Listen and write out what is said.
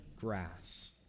grass